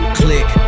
click